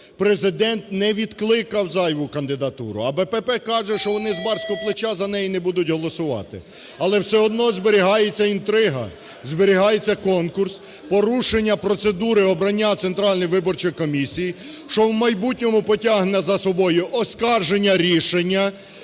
Президент не відкликав зайву кандидатуру, а БПП каже, що вони з барського плеча за неї не будуть голосувати. Але все одно зберігається інтрига, зберігається конкурс, порушення процедури обрання Центральної виборчої комісії, що у майбутньому потягне за собою оскарження рішення